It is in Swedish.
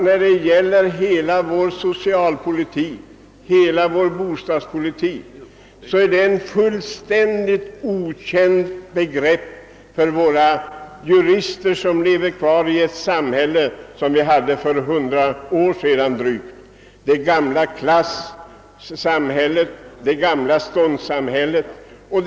Hela vår socialpolitik och vår bostadspolitik är fullständigt okända begrepp för juristerna, som lever kvar i det gamla klassoch ståndssamhället som fanns för drygt ett hundra år sedan.